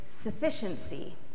sufficiency